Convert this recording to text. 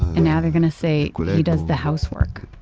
and now they're going to say he does the housework.